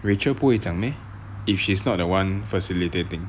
rachel 不会讲 meh if she's not the one facilitating